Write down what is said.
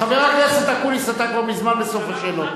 הוא בסוף השנה ה-11.